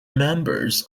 members